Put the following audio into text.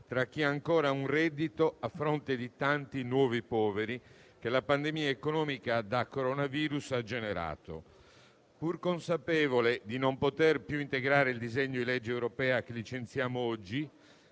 fra chi ancora ha un reddito a fronte di tanti nuovi poveri che la pandemia economica da coronavirus ha generato. Pur consapevole di non poter più integrare il disegno di legge europea che licenziamo oggi